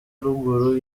ruguru